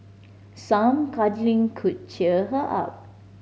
some cuddling could cheer her up